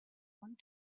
want